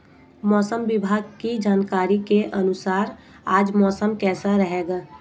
मौसम विभाग की जानकारी के अनुसार आज मौसम कैसा रहेगा?